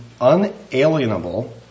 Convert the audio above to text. unalienable